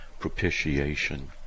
Propitiation